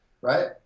Right